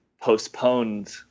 postponed